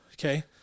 Okay